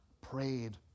prayed